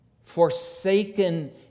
forsaken